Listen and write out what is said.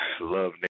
love